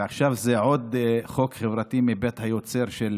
ועכשיו זה עוד חוק חברתי מבית היוצר של